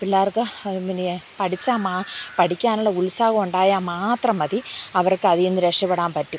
പിള്ളേർക്ക് പിന്നെ പഠിച്ചാൽ പഠിക്കാനുള്ള ഉത്സാഹം ഉണ്ടായാൽ മാത്രം മതി അവർക്ക് അതിൽ നിന്ന് രക്ഷപ്പെടാൻ പറ്റും